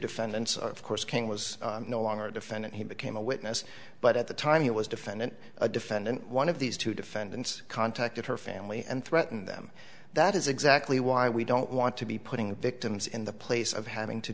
defendants of course king was no longer a defendant he became a witness but at the time he was defendant a defendant one of these two defendants contacted her family and threatened them that is exactly why we don't want to be putting victims in the place of having to